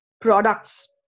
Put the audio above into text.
products